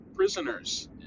Prisoners